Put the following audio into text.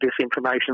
disinformation